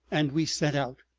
and we set out,